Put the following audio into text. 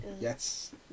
Yes